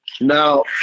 Now